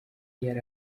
yari